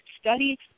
Study